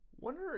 Wonder